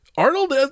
Arnold